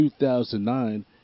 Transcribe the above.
2009